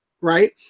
Right